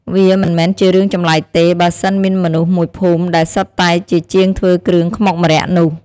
វាមិនមែនជារឿងចម្លែកទេ បើសិនមានមនុស្សមួយភូមិដែលសុទ្ធតែជាជាងធ្វើគ្រឿងខ្មុកម្រ័ក្សណ៍នោះ។